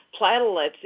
platelets